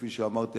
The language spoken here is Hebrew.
כפי שאמרתי,